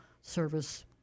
service